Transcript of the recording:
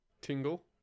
tingle